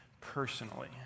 personally